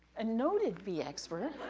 a noted bee expert.